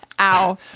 Ow